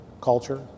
culture